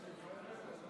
מילים בלי בושה,